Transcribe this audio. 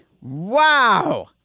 Wow